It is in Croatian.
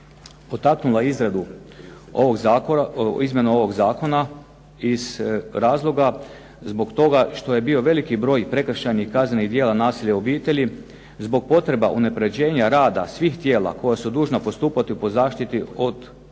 potaknula je izmjenu ovog zakona iz razloga zbog toga što je bio veliki broj prekršajnih kaznenih djela nasilja u obitelji, zbog potreba unapređenja rada svih tijela koja su dužna postupati po zaštiti Zakona